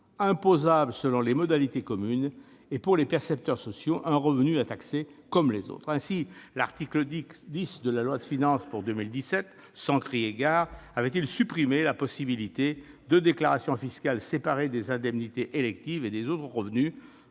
imposable selon les modalités communes, et pour les percepteurs sociaux un revenu à taxer comme les autres. Ainsi l'article 10 de la loi de finances pour 2017, sans crier gare, supprimait-il la possibilité de déclaration fiscale séparée des indemnités électives et des autres revenus,